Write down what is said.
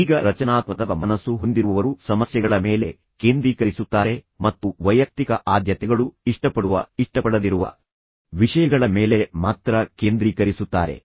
ಈಗ ರಚನಾತ್ಮಕ ಮನಸ್ಸು ಹೊಂದಿರುವವರು ಸಮಸ್ಯೆಗಳ ಮೇಲೆ ಕೇಂದ್ರೀಕರಿಸುತ್ತಾರೆ ಮತ್ತು ವೈಯಕ್ತಿಕ ಆದ್ಯತೆಗಳು ಇಷ್ಟಪಡುವ ಇಷ್ಟಪಡದಿರುವ ವಿಷಯಗಳ ಮೇಲೆ ಮಾತ್ರ ಕೇಂದ್ರೀಕರಿಸುತ್ತಾರೆ